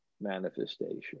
manifestation